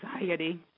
anxiety